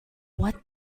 what